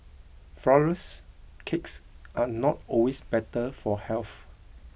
Flourless Cakes are not always better for health